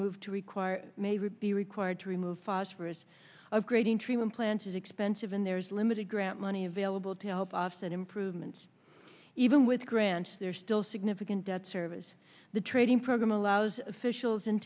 moved to require maybe be required to remove phosphorous upgrading treatment plants is expensive and there's limited grant money available to help offset improvements even with grants there still significant debt service the training program allows officials in